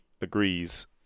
agrees